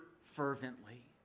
fervently